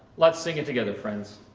let's sing it together, friends.